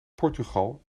portugal